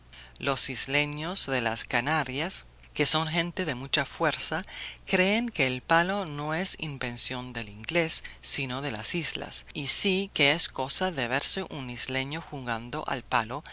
los isleños de las canarias que son gente de mucha fuerza creen que el palo no es invención del inglés sino de las islas y sí que es cosa de verse un isleño jugando al palo